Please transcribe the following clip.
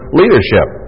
leadership